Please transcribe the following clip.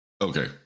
okay